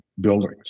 buildings